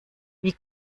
wie